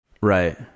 Right